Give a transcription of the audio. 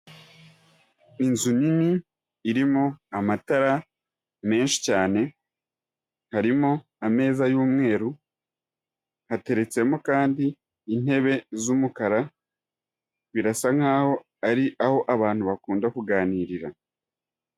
Inzu nini irimo amatara menshi cyane, harimo ameza y'umweru, hateretsemo kandi n'intebe z'umukara, birasa nkaho ari aho abantu bakunda kuganirira.